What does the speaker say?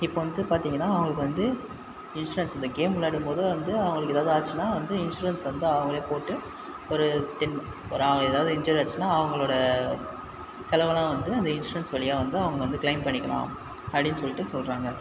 இப்போ வந்து பார்த்திங்கன்னா அவர்களுக்கு வந்து இன்ஷுரன்ஸ் இந்த கேம் விளாடும்போது வந்து அவர்களுக்கு ஏதாவது ஆச்சுன்னா வந்து இன்ஷுரன்ஸ் வந்து அவங்களே போட்டு ஒரு டென் ஒரு ஏதாவது இன்ஜுரி ஆச்சுன்னா அவங்களோட செலவெல்லாம் வந்து அந்த இன்ஷுரன்ஸ் வழியாக வந்து அவங்கள் வந்து க்ளையிம் பண்ணிக்கலாம் அப்படின்னு சொல்லிட்டு சொல்கிறாங்க